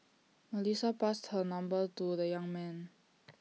Melissa passed her number to the young man